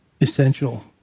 essential